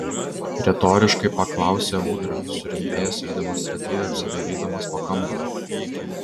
retoriškai paklausė ūdra surimtėjęs ir demonstratyviai apsidairydamas po kambarį